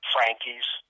Frankie's